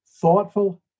thoughtful